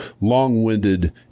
long-winded